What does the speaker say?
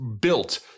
built